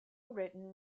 written